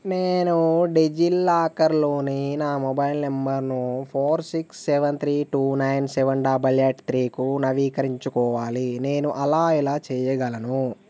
నేను డిజిలాకర్లోని నా మొబైల్ నంబర్ను four six seven three two nine seven double eight త్రీకు నవీకరించుకోవాలి నేను అలా ఎలా చెయ్యగలను